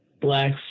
Black